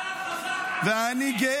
ואני -- אתה חזק על חלשים.